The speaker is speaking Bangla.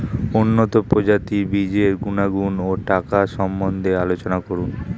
উন্নত প্রজাতির বীজের গুণাগুণ ও টাকার সম্বন্ধে আলোচনা করুন